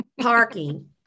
parking